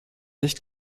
nicht